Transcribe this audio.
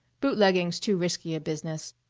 bootlegging's too risky a business.